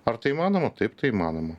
ar tai įmanoma taip tai įmanoma